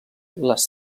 les